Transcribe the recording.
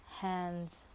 hands